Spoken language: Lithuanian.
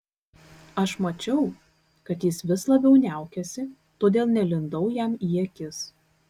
aš mačiau kad jis vis labiau niaukiasi todėl nelindau jam į akis